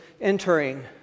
entering